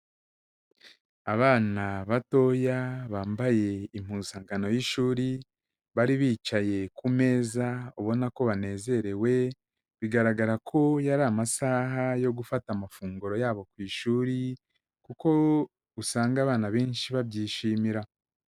Abana batoya, bambaye impuzankano y'ishuri, bari bicaye ku meza ubona ko banezerewe, bigaragara ko yari amasaha yo gufata amafunguro yabo ku ishuri kuko usanga abana benshi babyishimira.